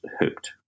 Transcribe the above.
hooked